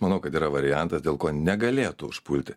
manau kad yra variantas dėl ko negalėtų užpulti